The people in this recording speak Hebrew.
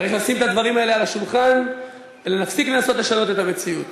צריך לשים את הדברים האלה על השולחן ולהפסיק לנסות לשנות את המציאות.